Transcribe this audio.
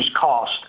cost